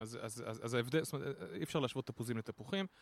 אז, אז ההבדל... זאת אומרת, אי אפשר להשוות תפוזים לתפוחים